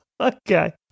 Okay